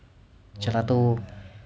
gelato